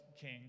king